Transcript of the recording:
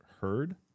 heard